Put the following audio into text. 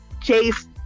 Chase